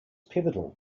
pivotal